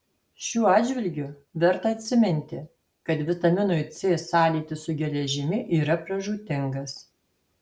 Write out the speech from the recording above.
šiuo atžvilgiu verta atsiminti kad vitaminui c sąlytis su geležimi yra pražūtingas